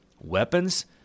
weapons